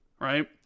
Right